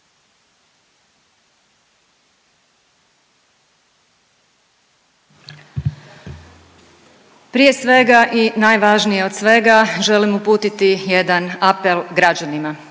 Prije svega i najvažnije od svega želim uputiti jedan apel građanima,